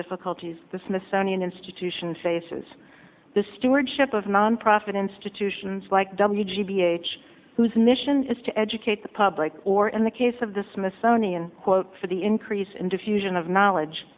difficulties the smithsonian institution faces this stewardship of nonprofit institutions like w g b h whose mission is to educate the public or in the case of the smithsonian quote for the increase in diffusion of knowledge